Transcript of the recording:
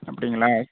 அப்படிங்களா